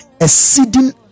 exceeding